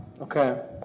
Okay